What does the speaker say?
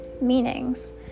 meanings